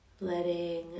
Letting